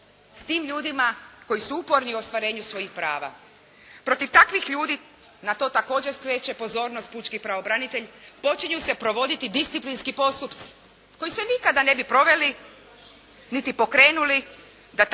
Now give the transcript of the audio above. s tim ljudima koji su uporni u ostvarenju svojih prava? Protiv takvih ljudi, na to također skreće pozornost pučki pravobranitelj, počinju se provoditi disciplinski postupci koji se nikada ne bi proveli niti pokrenuli da takav